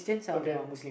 okay